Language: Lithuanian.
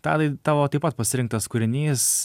tadai tavo taip pat pasirinktas kūrinys